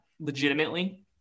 legitimately